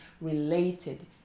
related